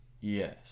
Yes